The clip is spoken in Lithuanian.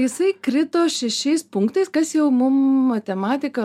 jisai krito šešiais punktais kas jau mum matematika